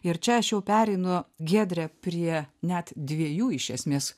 ir čia aš jau pereinu giedrę prie net dviejų iš esmės